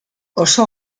oso